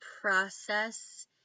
process